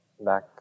back